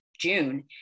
June